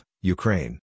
Ukraine